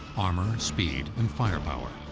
armor, speed and firepower.